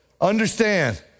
understand